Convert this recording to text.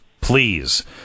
please